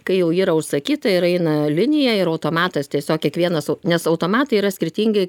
kai jau yra užsakyta ir eina linija ir automatas tiesiog kiekvienas au nes automatai yra skirtingi